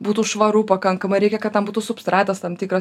būtų švaru pakankamai reikia kad ten būtų substratas tam tikras